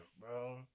bro